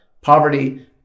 poverty